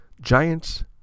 Giants